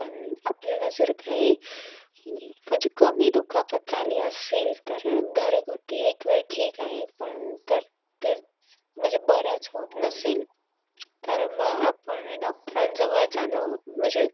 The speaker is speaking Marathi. पण आपल्याला जर काही म्हणजे कमी दुखापत झाली असेल तर घरगुती एकवेळ ठीक आहे पण तर तर म्हणजे बरंच होत नसेल तर मग आपण डॉक्टरांजवळ जाणं म्हणजे